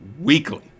weekly